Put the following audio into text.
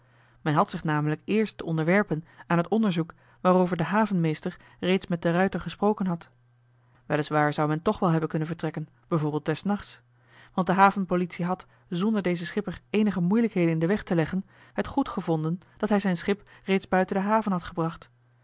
men had zich namelijk eerst te onderwerpen aan het onderzoek waarover de havenmeester reeds met de ruijter gesproken had wel is waar zou men toch wel hebben kunnen vertrekken bijvoorbeeld des nachts want de havenpolitie had zonder dezen schipper eenige moeilijkheden in den weg te leggen het goedgevonden dat hij zijn schip reeds buiten de haven had gebracht